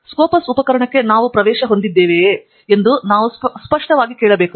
Scopus ಉಪಕರಣಕ್ಕೆ ನಾವು ಪ್ರವೇಶ ಹೊಂದಿದ್ದೀರಾ ಎಂದು ನಾವು ಸ್ಪಷ್ಟವಾಗಿ ಕೇಳಬೇಕು